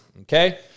okay